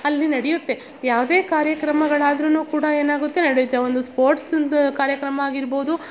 ಅಲ್ಲಿ ನಡೆಯುತ್ತೆ ಯಾವುದೇ ಕಾರ್ಯಕ್ರಮಗಳಾದ್ರು ಕೂಡ ಏನಾಗುತ್ತೆ ನಡೆಯುತ್ತೆ ಒಂದು ಸ್ಪೋರ್ಟ್ಸುಂದು ಕಾರ್ಯಕ್ರಮ ಆಗಿರ್ಬೌದು